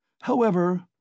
However